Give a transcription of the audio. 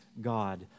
God